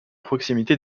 proximité